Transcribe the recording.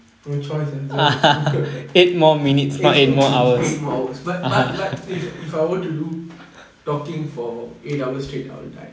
no choice that's why eight more hours but but but if if I were to do talking for eight hours straight I will die